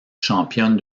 championne